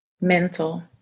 mental